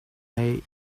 way